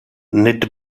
nid